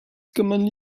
commonly